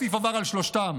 כסיף עבר על שלושתם: